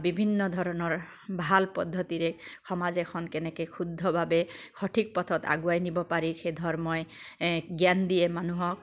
বিভিন্ন ধৰণৰ ভাল পদ্ধতিৰে সমাজ এখন কেনেকে শুদ্ধভাবে সঠিক পথত আগুৱাই নিব পাৰি সেই ধৰ্মই জ্ঞান দিয়ে মানুহক